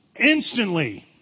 Instantly